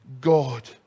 God